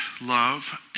love